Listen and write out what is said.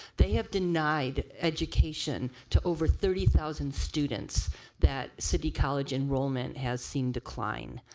they have denied education to over thirty thousand students that city college enrollment has seen decline.